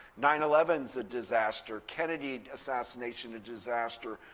nine eleven s a disaster, kennedy assassination a disaster.